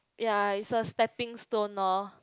ya is a stepping stone lor